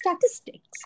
statistics